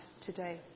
today